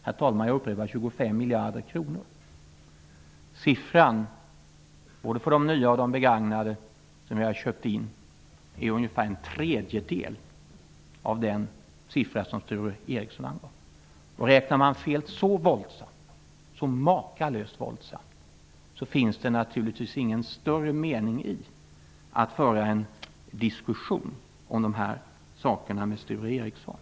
Kostnaden för både de nya och de begagnade stridsvagnar som jag har köpt in är ungefär en tredjedel av den summa som Sture Om Sture Ericson räknar så makalöst och våldsamt fel är det naturligtvis ingen större mening med att föra en diskussion om dessa saker med honom.